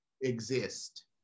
exist